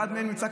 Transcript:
אחד מהם נמצא,